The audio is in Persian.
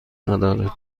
ندارد